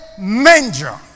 manger